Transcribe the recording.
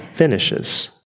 finishes